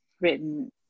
written